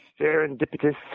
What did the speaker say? serendipitous